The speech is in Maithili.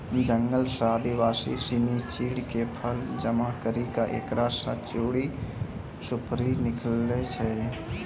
जंगल सॅ आदिवासी सिनि चीड़ के फल जमा करी क एकरा स चीड़ सुपारी निकालै छै